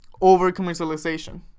over-commercialization